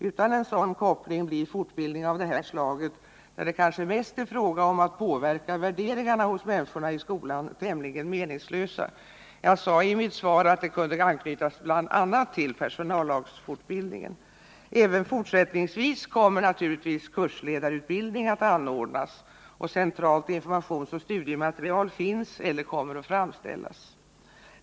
Utan en sådan koppling blir fortbildning av detta slag, där det kanske mest är fråga om att påverka värderingarna hos människor i skolan, tämligen meningslös. Jag sade i mitt svar att detta kunde anknytas bl.a. till personallagsutbildningen. Även fortsättningsvis kommer naturligtvis kursledarutbildning att anordnas. Centralt informationsoch studiematerial finns eller kommer att framställas.